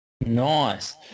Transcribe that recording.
Nice